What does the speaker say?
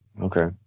Okay